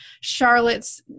Charlotte's